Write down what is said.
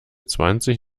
zwanzig